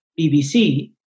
BBC